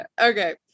Okay